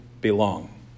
belong